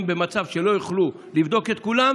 על מצב שבו לא יוכלו לבדוק את כולם,